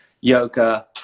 yoga